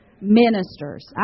ministers